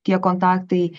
tie kontaktai